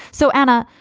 so, anna,